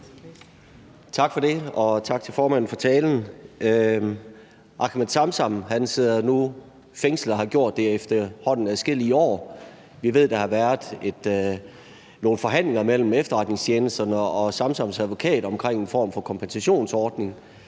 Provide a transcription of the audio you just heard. Tak for det, og tak til ordføreren for talen. Ahmed Samsam sidder nu fængslet og har gjort det i efterhånden adskillige år. Vi ved, der har været nogle forhandlinger mellem efterretningstjenesterne og Samsams advokat om en form for kompensationsordning.